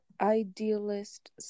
idealist